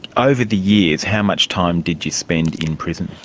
over the years, how much time did you spend in prison?